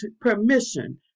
permission